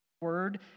word